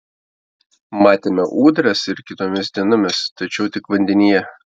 matėme ūdras ir kitomis dienomis tačiau tik vandenyje